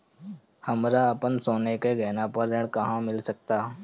हमरा अपन सोने के गहना पर ऋण कहां मिल सकता?